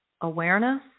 awareness